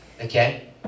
okay